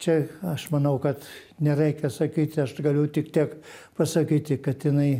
čia aš manau kad nereikia sakyti aš galiu tik tiek pasakyti kad jinai